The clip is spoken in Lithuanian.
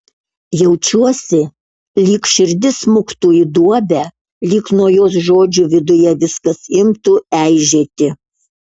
jaučiuosi lyg širdis smuktų į duobę lyg nuo jos žodžių viduje viskas imtų eižėti